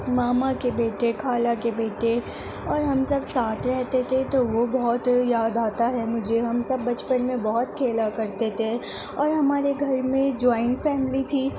ماما کے بیٹے خالہ کے بیٹے اور ہم سب ساتھ رہتے تھے تو وہ بہت یاد آتا ہے مجھے ہم سب بچپن میں بہت کھیلا کرتے تھے اور ہمارے گھر میں جوائنٹ فیملی تھی